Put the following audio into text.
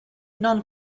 non